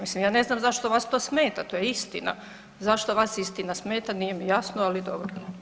Mislim, ja ne znam zašto vas to smeta, to je istina, zašto vas istina smeta nije mi jasno, ali dobro.